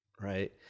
Right